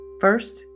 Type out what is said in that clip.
First